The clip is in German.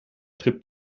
tripp